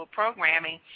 programming